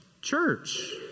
Church